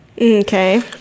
Okay